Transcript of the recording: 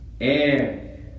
air